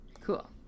cool